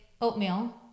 oatmeal